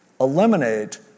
Eliminate